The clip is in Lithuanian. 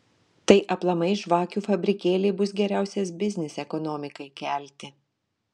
tai aplamai žvakių fabrikėliai bus geriausias biznis ekonomikai kelti